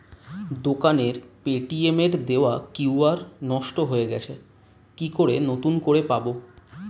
দোকানের পেটিএম এর দেওয়া কিউ.আর নষ্ট হয়ে গেছে কি করে নতুন করে পাবো?